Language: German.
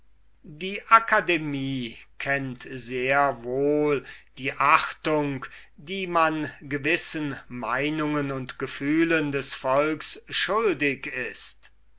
die akademie kennt sehr wohl die achtung die man gewissen meinungen und gefühlen des volks schuldig ist